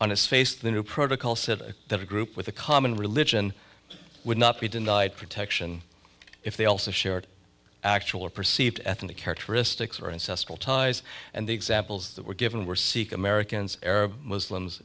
on its face the new protocol said that a group with a common religion would not be denied protection if they also shared actual or perceived ethnic characteristics or incest all ties and the examples that were given were sikh americans arab muslims